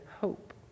Hope